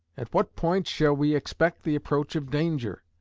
at what point shall we expect the approach of danger?